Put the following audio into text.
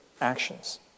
actions